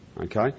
okay